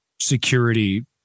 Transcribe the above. security